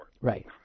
Right